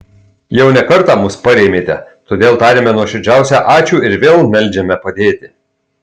jau ne kartą mus parėmėte todėl tariame nuoširdžiausią ačiū ir vėl meldžiame padėti